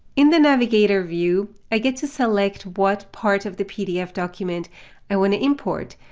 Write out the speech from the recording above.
in the navigator view, i get to select what part of the pdf document i want to import.